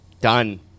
done